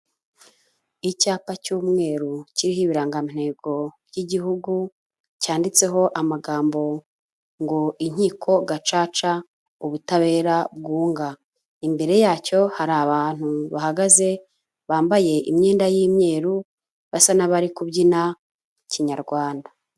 Icyapa cy'umweru kiriho ibirangagantego by'Igihugu, cyanditseho amagambo ngo "Inkiko Gacaca, ubutabera bwunga", imbere yacyo hari abantu bahagaze, bambaye imyenda y'imyeru, basa n'abari kubyina Kinyarwanda.